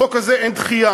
בחוק הזה אין דחייה,